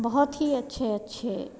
बहुत ही अच्छे अच्छे